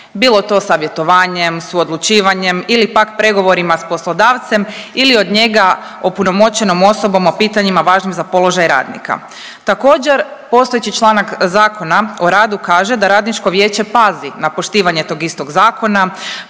Bilo to savjetovanjem, suodlučivanjem ili pak pregovorima s poslodavcem ili od njega opunomoćenom osobom o pitanjima važnim za položaj radnika. Također, postojeći članak ZOR-a kaže da radničko vijeće pazi na poštivanje tog istog zakona,